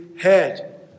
head